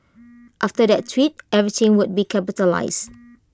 after that tweet everything was be capitalised